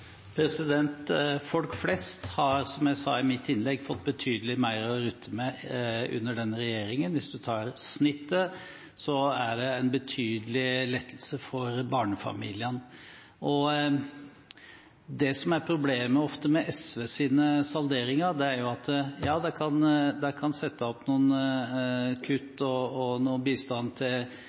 Folk flest har, som jeg sa i mitt innlegg, fått betydelig mer å rutte med under denne regjeringen. Hvis man tar snittet, er det en betydelig lettelse for barnefamiliene. Det som ofte er problemet med SVs salderinger, er at de kan sette opp noen kutt og gi bistand til